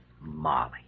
Molly